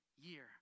year